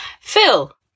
Phil